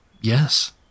Yes